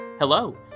Hello